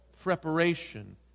Preparation